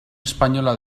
española